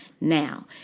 Now